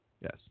Yes